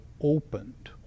opened